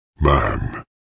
man